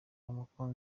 umukunzi